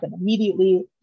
immediately